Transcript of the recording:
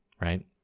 right